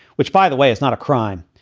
which, by the way, is not a crime.